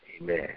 Amen